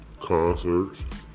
Concerts